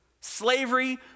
Slavery